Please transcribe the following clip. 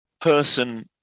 person